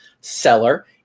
seller